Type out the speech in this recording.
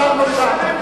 עכשיו נושענו.